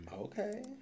Okay